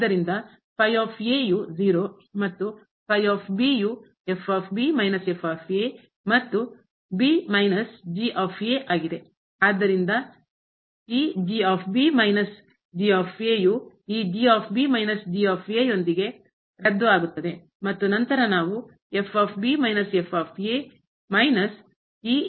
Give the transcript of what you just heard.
ಆದ್ದರಿಂದ ಯು ಮತ್ತು ಯು ಮತ್ತು ಆದ್ದರಿಂದ ಈ ಯು ಈ ಯೊಂದಿಗೆ ರದ್ದು ಆಗುತ್ತದೆ ಮತ್ತು ನಂತರ ನಾವು ಮೈನಸ್ ಈ ಅನ್ನು ಪಡೆಯುತ್ತೇವೆ